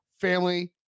family